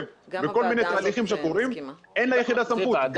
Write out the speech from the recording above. בכל מיני תהליכים שקורים אין ליחידה סמכות.